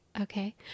Okay